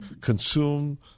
consume